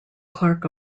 clark